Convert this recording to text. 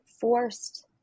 forced